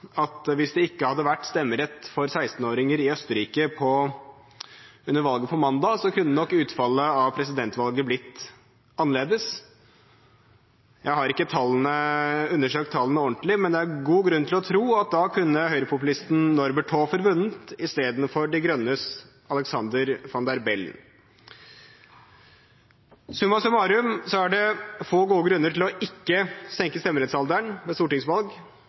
at hvis det ikke hadde vært stemmerett for 16-åringer i Østerrike under valget på mandag, kunne nok utfallet av presidentvalget blitt annerledes. Jeg har ikke undersøkt tallene ordentlig, men det er god grunn til å tro at da kunne høyrepopulisten Norbert Hofer vunnet, i stedet for De Grønnes Alexander Van der Bellen. Summa summarum er det få gode grunner til ikke å senke stemmerettsalderen ved stortingsvalg